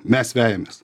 mes vejamės